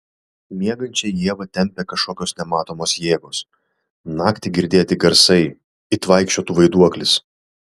miegančią ievą tempia kažkokios nematomos jėgos naktį girdėti garsai it vaikščiotų vaiduoklis